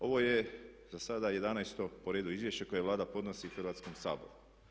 Ovo je zasada 11. po redu izvješće koje Vlada podnosi Hrvatskom saboru.